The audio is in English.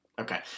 okay